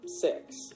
six